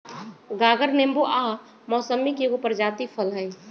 गागर नेबो आ मौसमिके एगो प्रजाति फल हइ